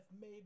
made